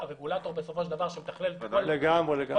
הרגולטור שבסופו של דבר מתכלל את כל האישורים,